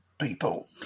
people